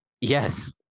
yes